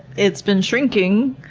it's been shrinking.